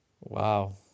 Wow